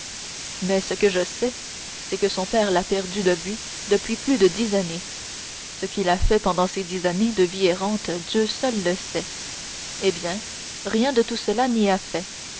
mais ce que je sais c'est que son père l'a perdu de vue depuis plus de dix années ce qu'il a fait pendant ces dix années de vie errante dieu seul le sait eh bien rien de tout cela n'y a fait